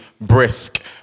brisk